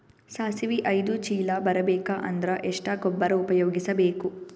ಸಾಸಿವಿ ಐದು ಚೀಲ ಬರುಬೇಕ ಅಂದ್ರ ಎಷ್ಟ ಗೊಬ್ಬರ ಉಪಯೋಗಿಸಿ ಬೇಕು?